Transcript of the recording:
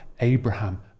Abraham